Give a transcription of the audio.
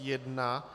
1.